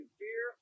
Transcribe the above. fear